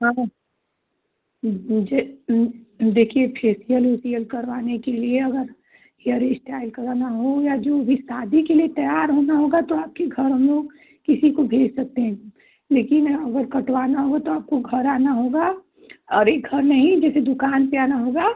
हाँ मुझे देखिए फेसियल ओसियल करवाने के लिए अगर हेयर इश्टाइल कराना हो या जो भी शादी के लिए तैयार होना होगा तो आपके घर हम लोग किसी को भेज सकते हैं लेकिन अगर कटवाना होगा तो आपको घर आना होगा अरे घर नहीं जैसे दुकान पर आना होगा